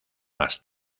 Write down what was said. más